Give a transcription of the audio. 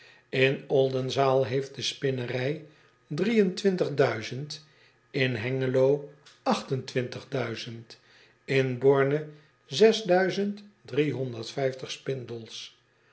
n ldenzaal heeft de spinnerij in engelo in orne